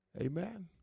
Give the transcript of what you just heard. Amen